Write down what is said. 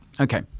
Okay